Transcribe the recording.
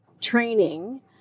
training